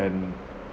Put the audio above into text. can